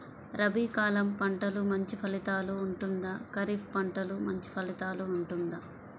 రబీ కాలం పంటలు మంచి ఫలితాలు ఉంటుందా? ఖరీఫ్ పంటలు మంచి ఫలితాలు ఉంటుందా?